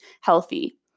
healthy